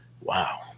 Wow